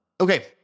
okay